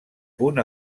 punt